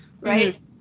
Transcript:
right